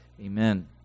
Amen